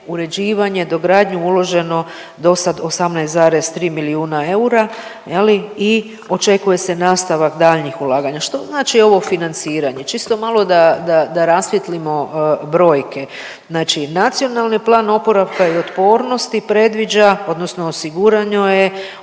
uređivanje, dogradnju uloženo do sad 18,3 milijuna eura je li, i očekuje se nastavak daljnjih ulaganja. Što znači ovo financiranje, čisto malo da, da rasvijetlimo brojke. Znači Nacionalni plan oporavka i otpornosti predviđa odnosno osigurano je